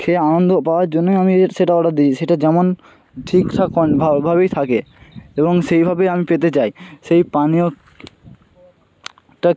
খেয়ে আনন্দ পাওয়ার জন্যই আমি এ সেটা অর্ডার দিয়েছি সেটা যেমন ঠিকঠাক কন ভাবেই থাকে এবং সেইভাবে আমি পেতে চাই সেই পানীয় টা